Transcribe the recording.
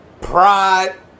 pride